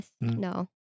no